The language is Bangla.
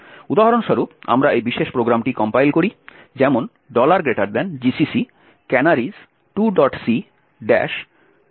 উদাহরণস্বরূপ আমরা এই বিশেষ প্রোগ্রামটি কম্পাইল করি যেমন gcc canaries 2c O0